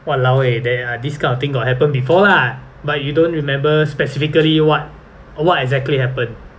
!walao! eh there are this kind of thing got happen before lah but you don't remember specifically what what exactly happened